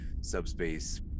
subspace